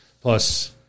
Plus